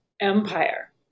empire